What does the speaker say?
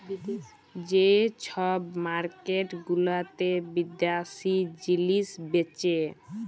যে ছব মার্কেট গুলাতে বিদ্যাশি জিলিস বেঁচে